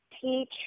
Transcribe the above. teach